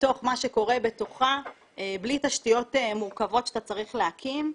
מתוך מה שקורה בתוכה בלי תשתיות מורכבות שאתה צריך להקים,